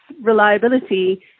reliability